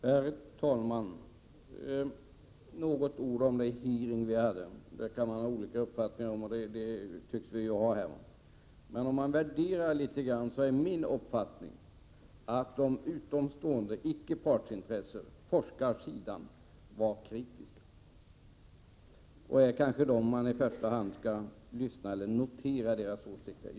Herr talman! Man kan ha olika uppfattning om den hearing vi hade och det tycks vi ha. En liten värdering visar enligt min uppfattning att de utomstående, de som icke stod för partsintressen, nämligen forskarsidan, var kritiska. Det är kanske i första hand deras åsikter vi skall notera.